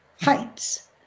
heights